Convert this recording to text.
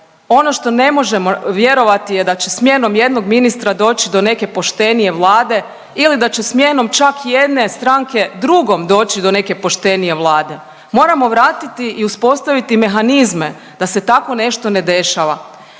Ono što ne možemo vjerovati je da će smjenom jednog ministra doći do neke poštenije vlade ili da će smjenom čak i jedne stranke drugom doći do neke poštenije vlade. Moramo vratiti i uspostaviti mehanizme da se takvo nešto ne dešava.